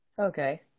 Okay